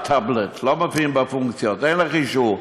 בטאבלט, לא מופיעים בפונקציות, אין לך אישור.